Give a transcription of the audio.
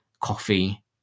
coffee